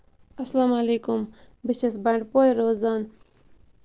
اَسلام علیکُم بہٕ چھَس بَنٛڈٕ پورِ روزان